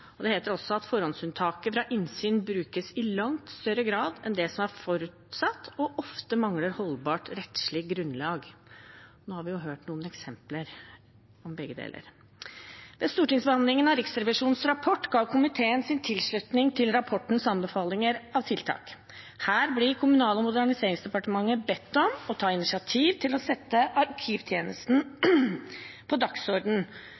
Det heter også at forhåndsunntaket fra innsyn brukes i langt større grad enn det som er forutsatt, og ofte mangler rettslig holdbart grunnlag. Nå har vi hørt noen eksempler på begge deler. Ved stortingsbehandlingen av Riksrevisjonens rapport ga komiteen sin tilslutning til rapportens anbefalinger av tiltak. Her blir Kommunal- og moderniseringsdepartementet bedt om å ta initiativ til å sette arkivtjenesten på